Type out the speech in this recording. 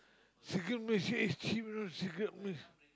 cigarette Malaysia is cheap you know cigarette Malaysia